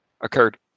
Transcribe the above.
occurred